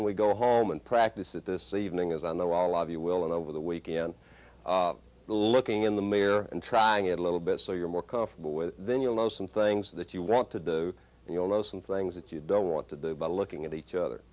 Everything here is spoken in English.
when we go home and practice it this evening is on the wall of you will and over the weekend looking in the mirror and trying it a little bit so you're more comfortable with then you'll know some things that you want to do and you'll know some things that you don't want to do by looking at each other